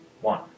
One